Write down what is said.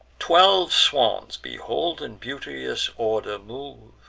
twelve swans behold in beauteous order move,